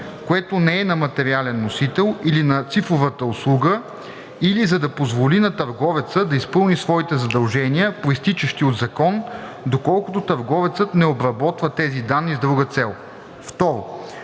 което не е на материален носител, или на цифровата услуга, или за да позволи на търговеца да изпълни своите задължения, произтичащи от закон, доколкото търговецът не обработва тези данни с друга цел.“ 2.